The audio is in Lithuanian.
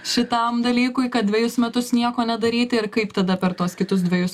šitam dalykui kad dvejus metus nieko nedaryti ir kaip tada per tuos kitus dvejus